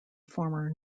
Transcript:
former